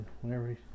Whenever